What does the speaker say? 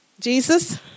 Jesus